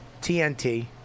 TNT